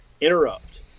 Interrupt